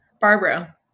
Barbara